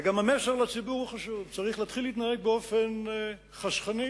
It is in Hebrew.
וגם המסר לציבור חשוב: צריך להתחיל להתנהג באופן חסכני,